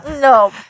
no